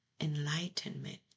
enlightenment